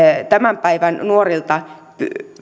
tämän päivän nuorilta